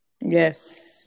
Yes